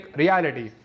reality